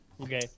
okay